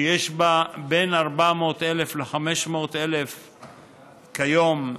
שיש בה בין 400,000 ל-500,000 כיום,